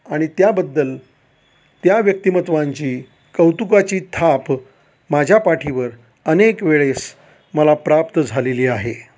आणि त्याबद्दल त्या व्यक्तिमत्वांची कौतुकाची थाप माझ्या पाठीवर अनेक वेळेस मला प्राप्त झालेली आहे